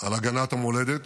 על הגנת המולדת.